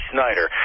Snyder